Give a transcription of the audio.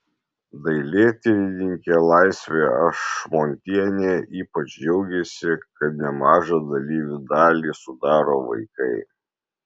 dailėtyrininkė laisvė ašmontienė ypač džiaugėsi kad nemažą dalyvių dalį sudaro vaikai